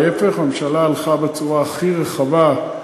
להפך, הממשלה הלכה בצורה הכי רחבה.